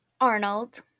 arnold